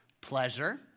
Pleasure